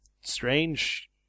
strange